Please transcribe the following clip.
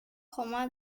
komma